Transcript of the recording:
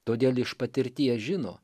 todėl iš patirties žino